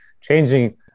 changing